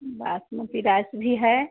basmati rice भी है